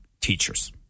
teachers